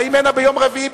באים לכאן ביום רביעי,